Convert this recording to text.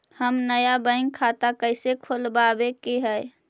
हम नया बैंक खाता कैसे खोलबाबे के है?